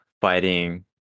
fighting